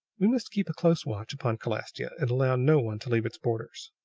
we must keep a close watch upon calastia, and allow no one to leave its borders.